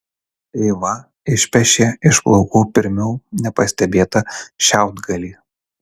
eiva išpešė iš plaukų pirmiau nepastebėtą šiaudgalį